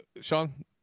Sean